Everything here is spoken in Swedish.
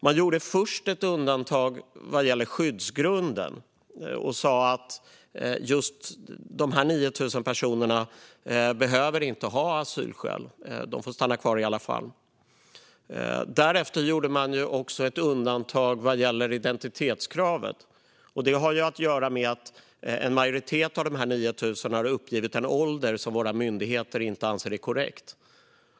Man gjorde först ett undantag vad gäller skyddsgrunden och sa att just dessa 9 000 personer inte behöver ha asylskäl - de får stanna kvar i alla fall. Därefter gjorde man också ett undantag vad gäller identitetskravet. Detta har att göra med att en majoritet av dessa 9 000 uppgivit en ålder som våra myndigheter inte anser är korrekt.